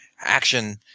action